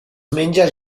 menja